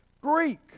Greek